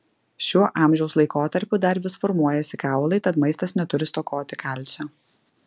šiuo amžiaus laikotarpiu dar vis formuojasi kaulai tad maistas neturi stokoti kalcio